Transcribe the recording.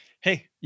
Hey